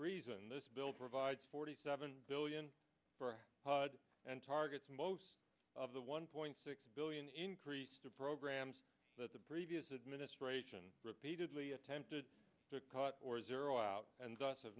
reason this bill provides forty seven billion and targets most of the one point six billion increase to programs that the previous administration repeatedly attempted to cut or zero out and